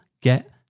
get